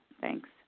Thanks